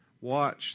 Watch